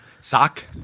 Sock